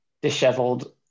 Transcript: disheveled